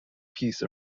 piece